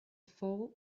fall